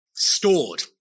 stored